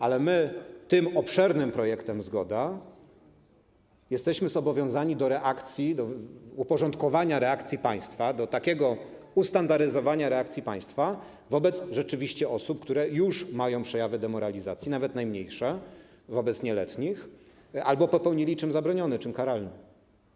Ale my tym obszernym projektem, zgoda, jesteśmy zobowiązani do reakcji, do uporządkowania reakcji państwa, do takiego ustandaryzowania reakcji państwa wobec osób, w przypadku których są już przejawy demoralizacji, nawet najmniejsze, wobec nieletnich, którzy popełnili czyn zabroniony, czyn karalny.